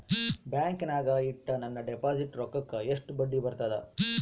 ಬ್ಯಾಂಕಿನಾಗ ಇಟ್ಟ ನನ್ನ ಡಿಪಾಸಿಟ್ ರೊಕ್ಕಕ್ಕ ಎಷ್ಟು ಬಡ್ಡಿ ಬರ್ತದ?